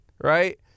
right